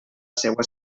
seua